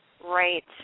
right